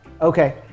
Okay